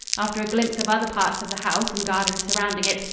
after a glimpse of other parts of the house and garden surrounding it,